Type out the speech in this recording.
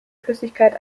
flüssigkeit